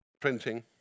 printing